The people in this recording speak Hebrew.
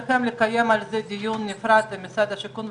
וגם כאן תקבל השלכה לטובת הילדים שלנו בעוד,